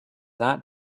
that